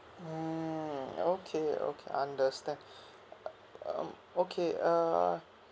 mmhmm okay okay understand um okay uh